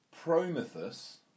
Prometheus